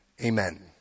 Amen